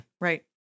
Right